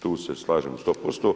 Tu se slažem 100%